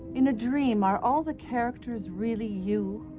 in a dream, are all the characters really you?